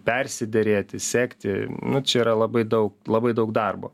persiderėti sekti nu čia yra labai daug labai daug darbo